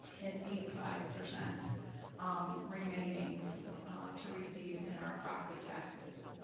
and eighty five percent um remaining to receive in our property taxes.